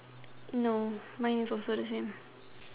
no mine is also the same